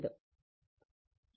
അപ്പോൾ ഇതാണ് I0 √ 2